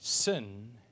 Sin